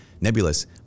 nebulous